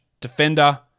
defender